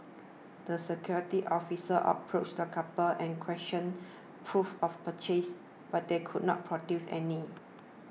the security officer approached the couple and requested proof of purchase but they could not produce any